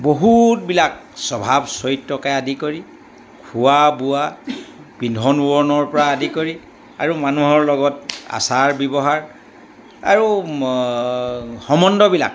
বহুতবিলাক স্বভাৱ চৰিত্ৰকে আদি কৰি খোৱা বোৱা পিন্ধন উৰণৰ পৰা আদি কৰি আৰু মানুহৰ লগত আচাৰ ব্যৱহাৰ আৰু সম্বন্ধবিলাক